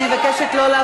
אני לא מאמינה.